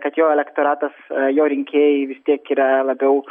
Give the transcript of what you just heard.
kad jo elektoratas jo rinkėjai vis tiek yra labiau